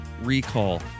Recall